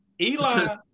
Eli